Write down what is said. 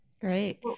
Great